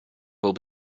will